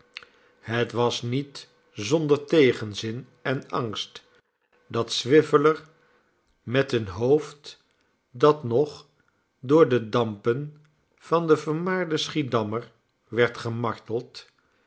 het was niet zonder tegenzin en angst dat swiveller met een hoofd dat nog door de dampen van den vermaarden schiedammer werd gemarteld